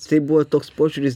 tai buvo toks požiūris